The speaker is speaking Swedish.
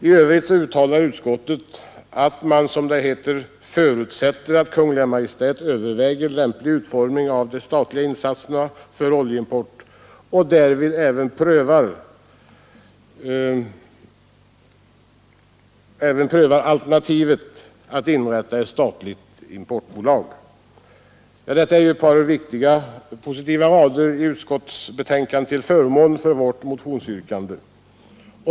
I övrigt uttalar utskottet att man ”förutsätter att Kungl. Maj:t överväger lämplig utformning av de statliga insatserna för oljeimport och därvid även prövar alternativet att inrätta ett statligt importbolag”. Detta är ett par viktiga och positiva rader i utskottsbetänkandet till förmån för vårt motionsyrkande.